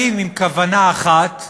באים עם כוונה אחת: